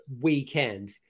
weekend